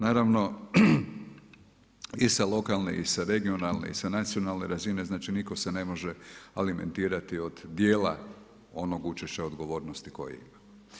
Naravno, i sa lokalne i sa regionalne i sa nacionalne razine, znači nitko se ne može alimentirati od dijela onog učešća odgovornosti koje ima.